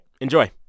enjoy